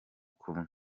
kumwe